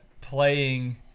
playing